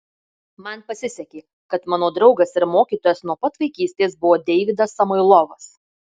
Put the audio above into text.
man pasisekė kad mano draugas ir mokytojas nuo pat vaikystės buvo deividas samoilovas